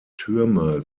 türme